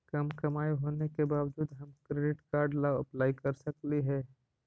कम कमाई होने के बाबजूद हम क्रेडिट कार्ड ला अप्लाई कर सकली हे?